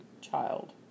child